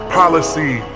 policy